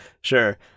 Sure